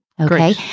okay